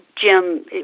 Jim